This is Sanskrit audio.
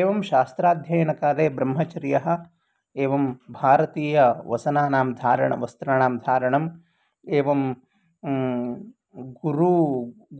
एवं शास्त्राध्ययनकाले ब्रह्मचर्यं एवं भारतीयवसनानां धारणं वस्त्राणां धारणम् एवं गुरुः